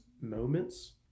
moments